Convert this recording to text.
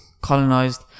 colonized